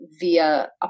via